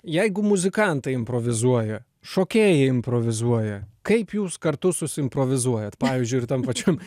jeigu muzikantai improvizuoja šokėjai improvizuoja kaip jūs kartu susiimprovizuojat pavyzdžiui ir tam pačiam